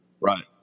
Right